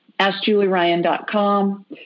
AskJulieRyan.com